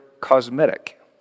cosmetic